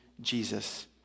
Jesus